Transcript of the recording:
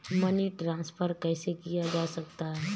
Money transfer कैसे किया जा सकता है?